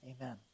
Amen